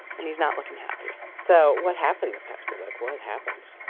and he's not looking happy so what happened at pepsi? like, what happened?